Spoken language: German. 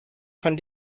von